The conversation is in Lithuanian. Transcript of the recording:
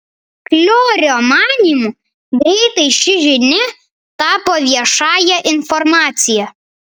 kliorio manymu greitai ši žinia tapo viešąja informacija